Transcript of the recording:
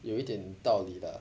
有一点道理 lah